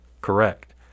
Correct